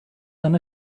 eine